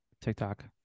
TikTok